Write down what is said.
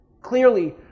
clearly